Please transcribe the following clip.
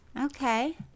Okay